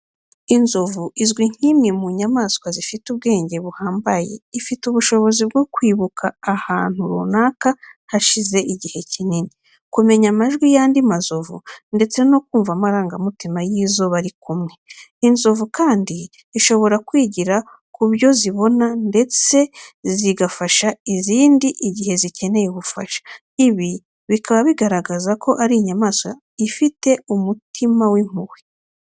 Inzovu izwi nk’imwe mu nyamaswa zifite ubwenge buhambaye. Ifite ubushobozi bwo kwibuka ahantu runaka hashize igihe kinini, kumenya amajwi y’andi mazovu, ndetse no kumva amarangamutima y’izo bari kumwe. Inzovu kandi zishobora kwigira ku byo zibona ndetse zigafasha izindi igihe zikeneye ubufasha, ibi bikaba bigaragaza ko ari inyamaswa ifite umutima w’impuhwe.